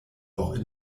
auch